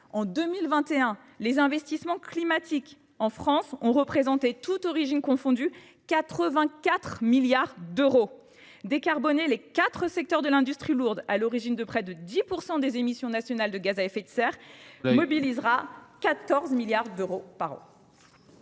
En 2021, les investissements climatiques ont représenté en France, toutes origines confondues, 84 milliards d'euros. Décarboner les quatre secteurs de l'industrie lourde à l'origine de près de 10 % des émissions nationales de gaz à effet de serre nécessite de mobiliser 14 milliards d'euros chaque